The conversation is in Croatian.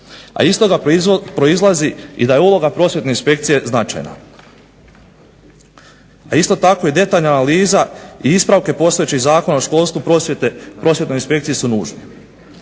A iz toga proizlazi da je uloga prosvjetne inspekcije značajna. A isto tako detaljna analiza i ispravke postojećih zakona o školstvu prosvjetnoj inspekciji su nužne.